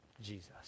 Jesus